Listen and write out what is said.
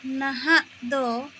ᱱᱟᱦᱟᱜ ᱫᱚ